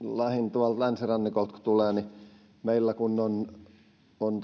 tuolta länsirannikolta kun tulee niin meillä on